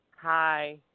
hi